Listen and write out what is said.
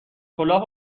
کلاه